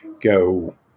go